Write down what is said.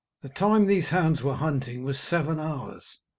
the time these hounds were hunting was seven hours.